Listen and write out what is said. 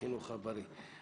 לחינוך הבריא.